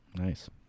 Nice